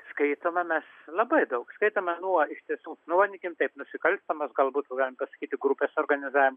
skaitome mes labai daug skaitome nuo iš tiesų nu vadinkime taip nusikalstamas galbūt galim pasakyti grupės organizavimą